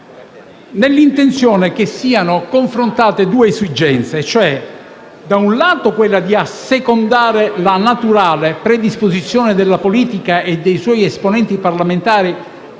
nell'intenzione che fossero confrontate due esigenze: da un lato, quella di assecondare la naturale predisposizione della politica e dei suoi esponenti parlamentari a fruire